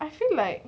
I feel like